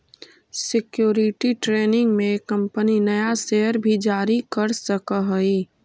security training में एक company नया शेयर भी जारी कर सकऽ हई